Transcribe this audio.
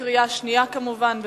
בקריאה שנייה כמובן.